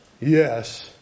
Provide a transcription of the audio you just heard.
Yes